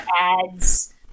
ads